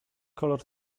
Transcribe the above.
kolor